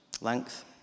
length